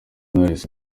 knowless